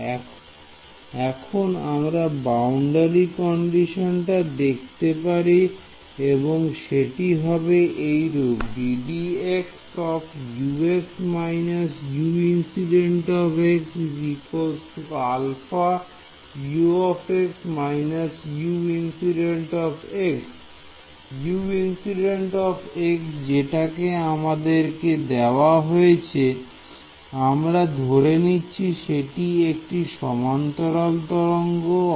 তাই এখন আমরা বাউন্ডারি কন্ডিশনটা দেখতে পারি এবং সেটি হবে এইরূপে Uinc যেটা আমাদেরকে দেওয়া হয়েছে আমরা ধরে নিচ্ছি সেটি একটি সমান্তরাল তরঙ্গ